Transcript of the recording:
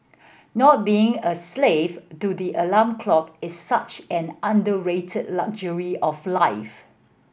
not being a slave to the alarm clock is such an underrated luxury of life